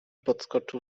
podskoczył